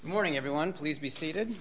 morning everyone please be seated